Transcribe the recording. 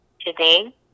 Today